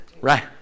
Right